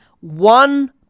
One